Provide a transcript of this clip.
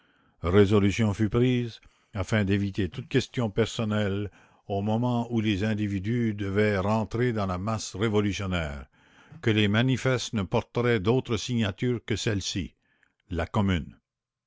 résolution fut prise afin d'éviter toute question personnelle au moment où les individus devaient rentrer dans la masse révolutionnaire que les manifestes ne porteraient d'autre signature que celle-ci la commune